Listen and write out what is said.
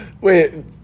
wait